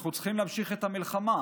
אנחנו צריכים להמשיך במלחמה,